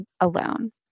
alone